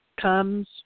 comes